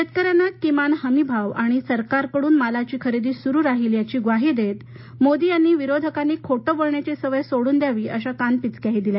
शेतकऱ्यांना किमान हमी भाव आणि सरकारकडून मालाची खरेदी सुरू राहील याची ग्वाही देत मोदी यांनी विरोधकांनी खोट बोलण्याची सवय सोडून द्यावी अशा कानपिचक्याही दिल्या